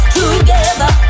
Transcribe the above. together